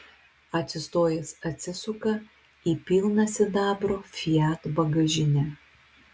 atsistojęs atsisuka į pilną sidabro fiat bagažinę